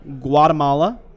Guatemala